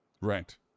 right